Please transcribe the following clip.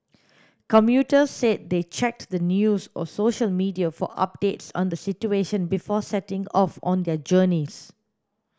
commuters said they checked the news or social media for updates on the situation before setting off on their journeys